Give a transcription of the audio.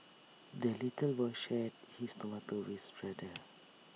the little boy shared his tomato with brother